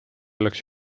oleks